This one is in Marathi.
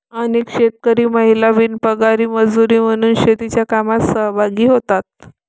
अनेक शेतकरी महिला बिनपगारी मजुरी म्हणून शेतीच्या कामात सहभागी होतात